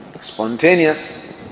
spontaneous